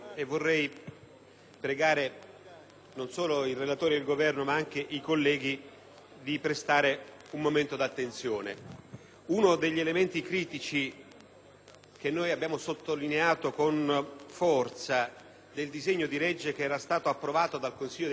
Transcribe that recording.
pregare non solo il relatore ed il Governo, ma anche i colleghi di prestare un momento di attenzione. Uno degli elementi critici - che abbiamo sottolineato con forza - del disegno di legge approvato dal Consiglio dei ministri